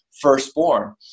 firstborn